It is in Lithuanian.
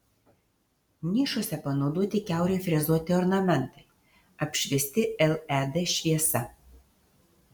nišose panaudoti kiaurai frezuoti ornamentai apšviesti led šviesa